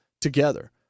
together